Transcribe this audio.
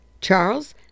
Charles